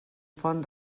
font